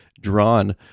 drawn